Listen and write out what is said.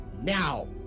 now